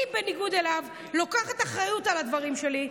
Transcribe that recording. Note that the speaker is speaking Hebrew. אני, בניגוד אליו, לוקחת אחריות על הדברים שלי.